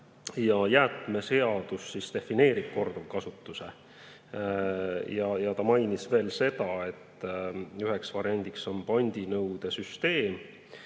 aga jäätmeseadus defineerib korduvkasutuse. Ta mainis veel seda, et üks variant on pandinõude süsteem,